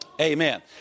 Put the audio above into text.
Amen